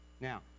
Now